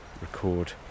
record